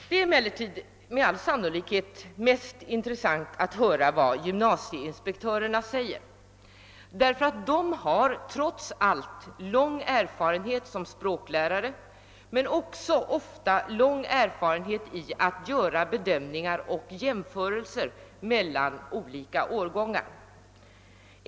Det är emellertid med all sannolikhet mest intressant att höra vad gymnasieinspektörerna säger, ty de har trots allt lång erfarenhet som språklärare och ofta även lång erfarenhet av att göra bedömningar, att göra jämförelser mellan olika årgångar.